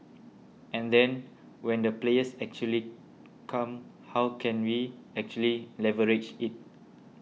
and then when the players actually come how can we actually leverage it